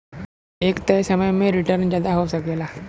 एक तय समय में रीटर्न जादा हो सकला